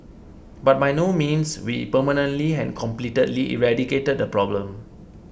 but by no means we permanently and completely eradicated the problem